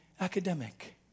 academic